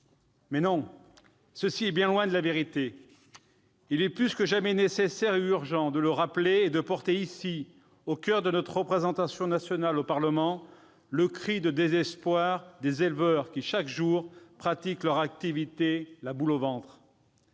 Mais cela est bien loin de la vérité ! Il est plus que jamais nécessaire et urgent de le rappeler et de porter ici, au coeur de notre représentation nationale, au Parlement, le cri de désespoir des éleveurs qui, chaque jour, pratiquent leur activité la boule au ventre.